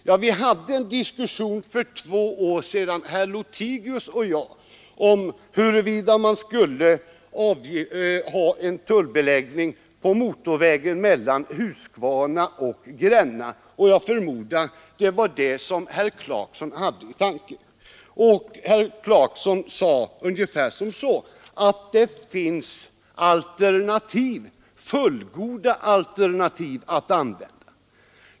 För två år sedan hade herr Lothigius och jag en diskussion om huruvida man skulle ha en tullbeläggning på motorvägen mellan Huskvarna och Gränna, och jag förmodar att det var den vägen som herr Clarkson hade i tankarna. Herr Clarkson sade ungefär som så att det finns fullgoda alternativ att använda.